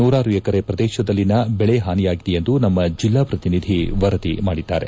ನೂರಾರು ಎಕರೆ ಪ್ರದೇಶದಲ್ಲಿನ ಬೆಳೆ ಹಾನಿಯಾಗಿದೆ ಎಂದು ನಮ್ಮ ಜಿಲ್ಲಾ ಪ್ರತಿನಿಧಿ ವರದಿ ಮಾಡಿದ್ದಾರೆ